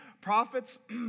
Prophets